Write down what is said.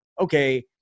okay